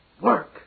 Work